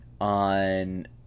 on